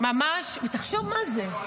ממש, תחשוב מה זה.